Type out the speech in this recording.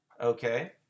okay